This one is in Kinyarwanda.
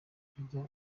arya